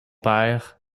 père